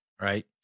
right